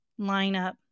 lineup